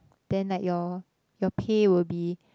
then like your your pay will be